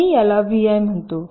मी याला vi म्हणतो